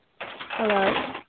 Hello